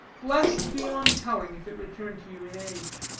blessed beyond telling if it return to you in age.